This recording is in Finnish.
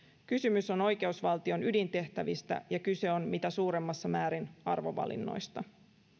kysymys on oikeusvaltion ydintehtävistä ja kyse on mitä suurimmassa määrin arvovalinnoista